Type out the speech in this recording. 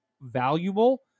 valuable